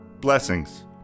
blessings